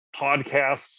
podcasts